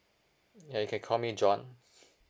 ya you can call me john